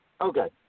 Okay